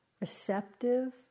receptive